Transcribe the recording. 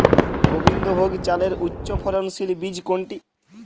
গোবিন্দভোগ চালের উচ্চফলনশীল বীজ কোনটি?